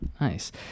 Nice